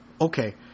Okay